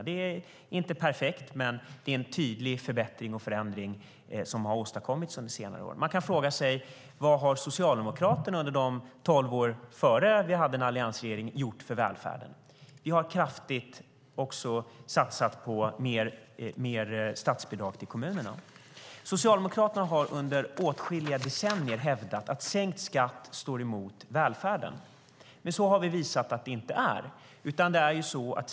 Det är inte perfekt, men det är en tydlig förbättring som har åstadkommits under senare år. Man kan fråga sig vad Socialdemokraterna har gjort för välfärden under de tolv åren innan vi fick en alliansregering. Vi har också kraftigt satsat på mer statsbidrag till kommunerna. Socialdemokraterna har under åtskilliga decennier hävdat att sänkt skatt står emot välfärden. Vi har visat att det inte är så.